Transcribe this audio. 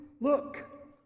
look